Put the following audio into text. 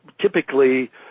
typically